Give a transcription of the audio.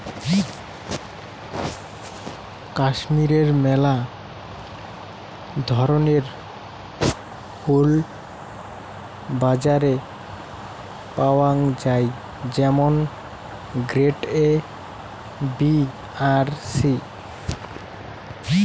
কাশ্মীরের মেলা ধরণের উল বাজারে পাওয়াঙ যাই যেমন গ্রেড এ, বি আর সি